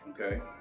Okay